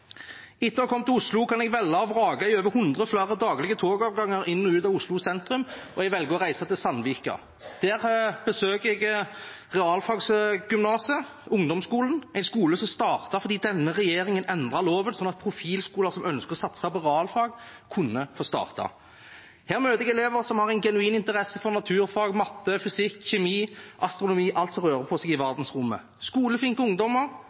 Etter å ha kommet til Oslo kan jeg velge og vrake blant over hundre flere daglige togavganger inn og ut av Oslo sentrum, og jeg velger å reise til Sandvika. Der besøker jeg realfagsgymnasets ungdomsskole, en skole som startet fordi denne regjeringen endret loven sånn at profilskoler som ønsket å satse på realfag, kunne få starte. Her møter jeg elever som har en genuin interesse for naturfag, matte, fysikk, kjemi, astronomi og alt som rører på seg i verdensrommet. Det er skoleflinke ungdommer,